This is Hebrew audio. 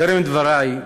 טרם דברי,